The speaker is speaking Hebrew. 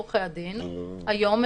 לשכת עורכי הדין היא גורם זכאי.